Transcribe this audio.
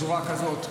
זרוע כזאת,